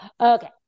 okay